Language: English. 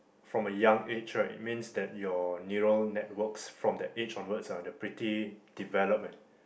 from a young age right means that your neural networks from that age onwards ah they pretty developed ah